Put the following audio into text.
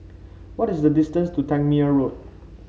what is the distance to Tangmere Road